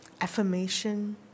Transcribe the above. affirmation